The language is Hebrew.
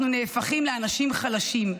אנחנו נהפכים לאנשים חלשים,